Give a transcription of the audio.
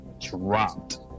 dropped